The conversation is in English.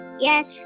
Yes